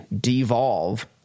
devolve